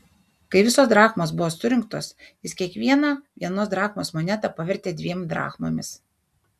kai visos drachmos buvo surinktos jis kiekvieną vienos drachmos monetą pavertė dviem drachmomis